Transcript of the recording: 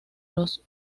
los